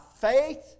faith